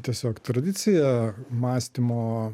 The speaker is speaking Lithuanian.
tiesiog tradicija mąstymo